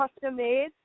custom-made